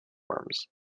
worms